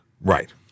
Right